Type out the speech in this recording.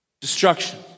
destruction